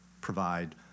provide